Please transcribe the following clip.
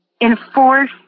enforce